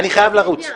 אני חייב לרוץ.